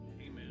amen